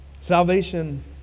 Salvation